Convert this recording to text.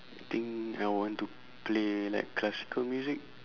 think I want to play like classical music